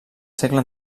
segle